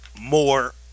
more